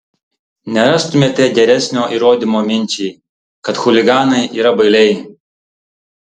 nerastumėte geresnio įrodymo minčiai kad chuliganai yra bailiai